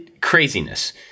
craziness